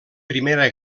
primera